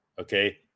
Okay